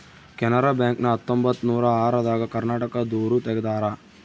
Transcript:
Canara bank ನ ಹತ್ತೊಂಬತ್ತನೂರ ಆರ ದಾಗ ಕರ್ನಾಟಕ ದೂರು ತೆಗ್ದಾರ